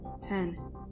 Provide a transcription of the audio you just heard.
ten